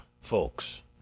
folks